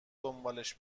دنبالش